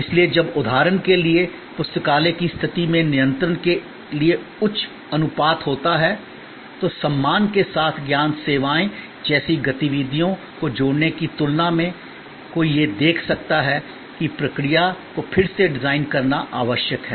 इसलिए जब उदाहरण के लिए पुस्तकालय की स्थिति में नियंत्रण के लिए उच्च अनुपात होता है तो सम्मान के साथ ज्ञान सेवाओं जैसी गतिविधियों को जोड़ने की तुलना में कोई यह देख सकता है कि प्रक्रिया को फिर से डिज़ाइन करना आवश्यक है